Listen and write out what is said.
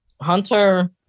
Hunter